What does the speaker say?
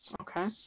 okay